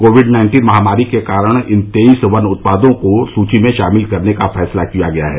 Covid nineteen महामारी के कारण इन तेईस वन उत्पादों को सूची में शामिल करने का फैसला किया गया है